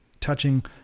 touching